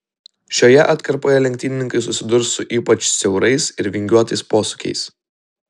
šioje atkarpoje lenktynininkai susidurs su ypač siaurais ir vingiuotais posūkiais